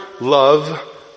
love